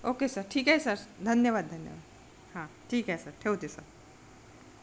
okay sir ठीक आहे sir धन्यवाद धन्यवाद हां ठीक आहे सर ठेवते सर